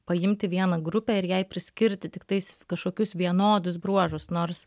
paimti vieną grupę ir jai priskirti tiktais kažkokius vienodus bruožus nors